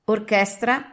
Orchestra